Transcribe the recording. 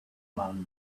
man